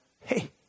hey